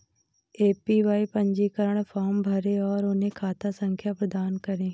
APY पंजीकरण form भरें और उन्हें खाता संख्या प्रदान करें